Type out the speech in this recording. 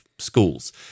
schools